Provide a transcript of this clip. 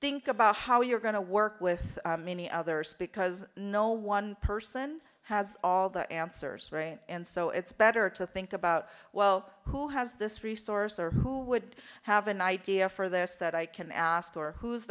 think about how you're going to work with many others because no one person has all the answers and so it's better to think about well who has this resource or who would have an idea for this that i can ask or who's